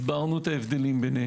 הסברנו את ההבדל ביניהם.